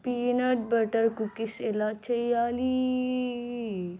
peanut butter cookies ఎలా చెయ్యాలీ